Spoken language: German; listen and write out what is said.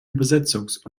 übersetzungs